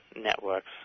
networks